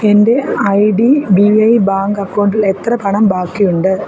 എൻ്റെ I D B I bank അക്കൗണ്ടിൽ എത്ര പണം ബാക്കിയുണ്ട്